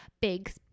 big